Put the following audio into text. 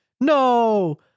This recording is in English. No